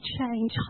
change